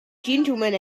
gentlemen